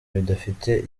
bidafite